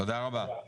תודה רבה.